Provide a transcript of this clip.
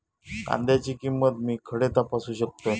कांद्याची किंमत मी खडे तपासू शकतय?